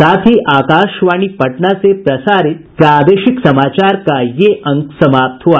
इसके साथ ही आकाशवाणी पटना से प्रसारित प्रादेशिक समाचार का ये अंक समाप्त हुआ